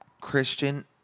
Christian